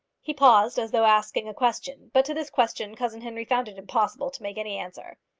he paused as though asking a question, but to this question cousin henry found it impossible to make any answer.